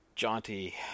jaunty